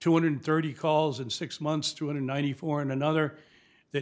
two hundred thirty calls in six months two hundred ninety four and another that